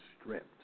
stripped